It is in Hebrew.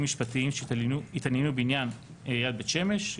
משפטיים שהתעניינו בעניין עיריית בית שמש.